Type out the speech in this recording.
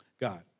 God